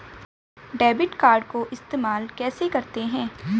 Debit card को इस्तेमाल कैसे करते हैं?